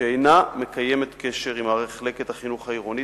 שאינה מקיימת קשר עם מחלקת החינוך העירונית,